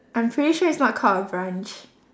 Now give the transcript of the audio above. I'm pretty sure it's not called a branch